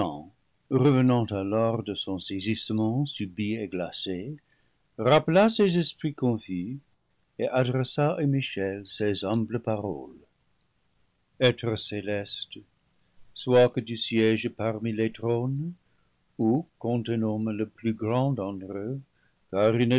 revenant alors de son saisissement subit et glacé rappela ses esprits confus et adressa à michel ces humbles paroles etre céleste soit que tu siéges parmi les trônes ou qu'on te nomme le plus grand